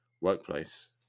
workplace